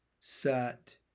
sat